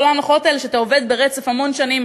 כל ההנחות האלה שאתה עובד ברצף המון שנים,